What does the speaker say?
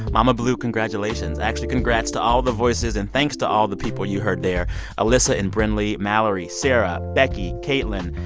mama blue, congratulations. actually, congrats to all the voices and thanks to all the people you heard there alissa and brynlee, mallory, mallory, sarah, becky, caitlin,